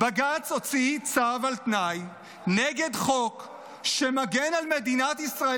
בג"ץ הוציא צו על תנאי נגד חוק שמגן על מדינת ישראל